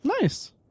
Nice